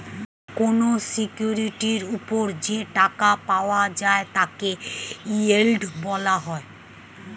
কোন সিকিউরিটির উপর যে টাকা পাওয়া যায় তাকে ইয়েল্ড বলা হয়